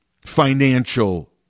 financial